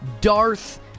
Darth